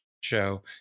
show